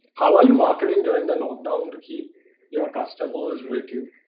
how are you marketing during the lockdown to keep your customers with him?